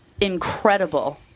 incredible